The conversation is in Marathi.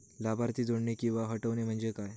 लाभार्थी जोडणे किंवा हटवणे, म्हणजे काय?